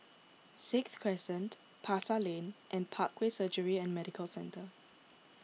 Sixth Crescent Pasar Lane and Parkway Surgery and Medical Centre